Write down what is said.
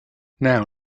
now